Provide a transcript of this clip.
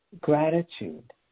gratitude